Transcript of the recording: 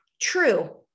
true